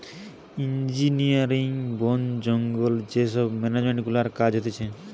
engineering, বোন জঙ্গলে যে সব মেনেজমেন্ট গুলার কাজ হতিছে